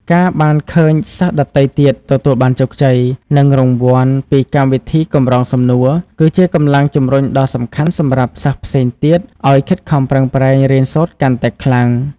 ការបានឃើញសិស្សដទៃទៀតទទួលបានជោគជ័យ និងរង្វាន់ពីកម្មវិធីកម្រងសំណួរ គឺជាកម្លាំងជំរុញដ៏សំខាន់សម្រាប់សិស្សផ្សេងទៀតឲ្យខិតខំប្រឹងប្រែងរៀនសូត្រកាន់តែខ្លាំង។